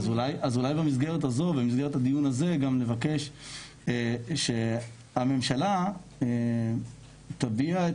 אז אולי במסגרת הדיון הזה גם נבקש שהממשלה תביע את